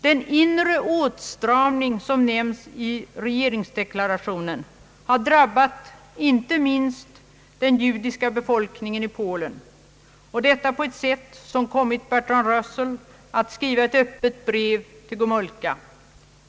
Den inre åstramning som nämns i regeringsdeklarationen har drabbat inte minst den judiska befolkningen i Polen. Och detta på ett sätt som kommit Bertrand Russell att skriva ett öppet brev till Gomulka.